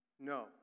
No